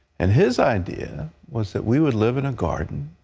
and his idea was that we would live in a garden,